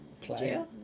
player